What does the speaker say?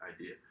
idea